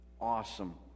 awesome